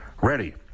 Ready